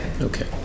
Okay